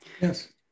Yes